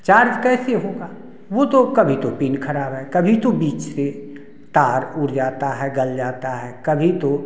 charge कैसे होगा वो तो कभी तो पिन खराब है कभी तो बीच से तार उड़ जाता है गल जाता है कभी तो